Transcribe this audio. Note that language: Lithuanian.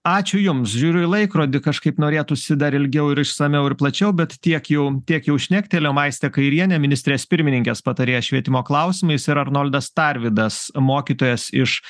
ačiū jums žiūriu į laikrodį kažkaip norėtųsi dar ilgiau ir išsamiau ir plačiau bet tiek jau tiek jau šnektelėjom aistė kairienė ministrės pirmininkės patarėja švietimo klausimais ir arnoldas tarvydas mokytojas iš